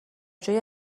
جایی